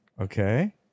Okay